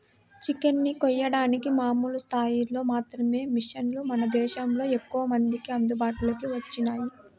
chicken ని కోయడానికి మామూలు స్థాయిలో మాత్రమే మిషన్లు మన దేశంలో ఎక్కువమందికి అందుబాటులోకి వచ్చినియ్యి